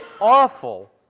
awful